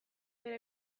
bere